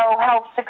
helps